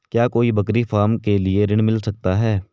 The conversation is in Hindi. क्या कोई बकरी फार्म के लिए ऋण मिल सकता है?